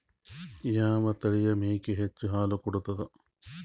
ಯಾವ ತಳಿಯ ಮೇಕಿ ಹೆಚ್ಚ ಹಾಲು ಕೊಡತದ?